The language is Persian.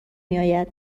میآید